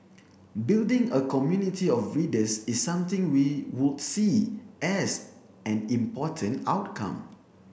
building a community of readers is something we would see as an important outcome